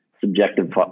subjective